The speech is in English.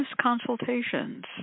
consultations